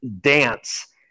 dance